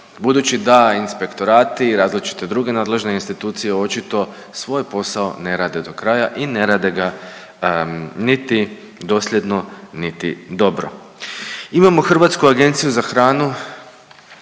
budući da inspektorati i različite druge nadležne institucije očito svoj posao ne rade do kraja i ne rade ga niti dosljedno niti dobro. Imamo Hrvatsku agenciju za hranu